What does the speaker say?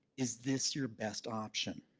is this your best option?